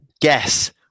guess